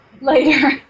Later